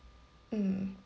mm